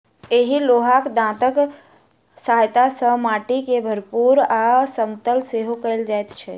एहि लोहाक दाँतक सहायता सॅ माटि के भूरभूरा आ समतल सेहो कयल जाइत छै